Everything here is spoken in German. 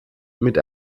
mit